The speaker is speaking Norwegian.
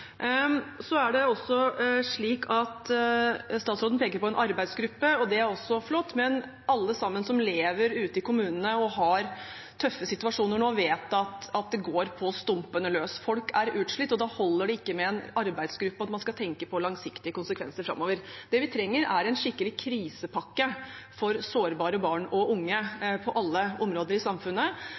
Statsråden peker på en arbeidsgruppe, og det er også flott, men alle sammen som lever ute i kommunene og har en tøff situasjon nå, vet at det går på stumpene løs. Folk er utslitt. Da holder det ikke med en arbeidsgruppe og at man skal tenke på langsiktige konsekvenser framover. Det vi trenger, er en skikkelig krisepakke for sårbare barn og unge på alle områder i samfunnet